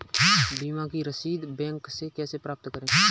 बीमा की रसीद बैंक से कैसे प्राप्त करें?